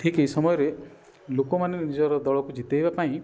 ଠିକ୍ ଏଇ ସମୟରେ ଲୋକମାନେ ନିଜର ଦଳକୁ ଜିତେଇବା ପାଇଁ